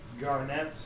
Garnet